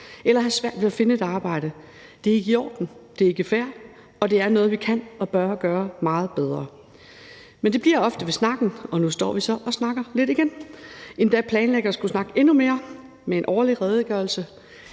eller at have svært ved at finde et arbejde. Det er ikke i orden, det er ikke fair, og det er noget, vi kan og bør gøre meget bedre. Men det bliver ofte ved snakken, og nu står vi så og snakker lidt igen, og med den årlige redegørelse